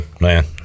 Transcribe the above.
Man